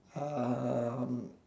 um